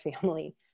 family